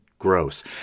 gross